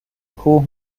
کوه